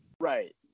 Right